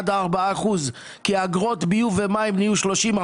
עד 4% כי אגרות ביוב ומים הן 30,000,